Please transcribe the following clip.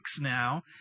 now